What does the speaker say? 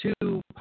two